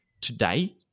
today